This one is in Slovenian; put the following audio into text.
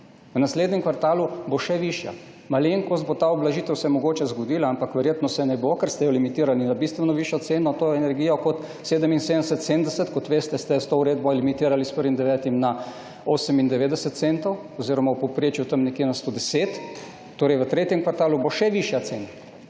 V naslednjem kvartalu bo še višja. Malenkost se bo ta ublažitev mogoče zgodila, ampak verjetno se ne bo, ker ste limitirali na bistveno višjo ceno to energijo kot 77, 70. Kot veste, ste jo s to uredbo limitirali s 1. 9. na 98 centov oziroma v povprečju tam nekje na 110. Torej v tretjem kvartalu bo še višja cena.